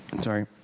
sorry